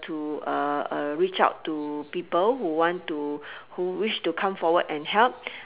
to reach out to people who want to who wish to come forward and help